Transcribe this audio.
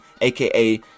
aka